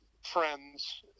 friends